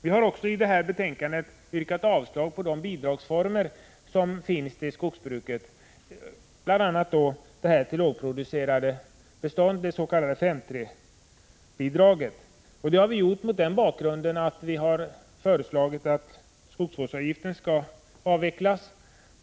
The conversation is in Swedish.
Vi har i utskottet också yrkat avslag på förslag om formerna för bidragen tillskogsbruket, bl.a. dets.k. 5:3-bidraget till lågproducerande bestånd. Det har vi gjort mot den bakgrunden att vi föreslagit att skogsvårdsavgiften skall avvecklas.